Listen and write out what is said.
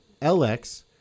LX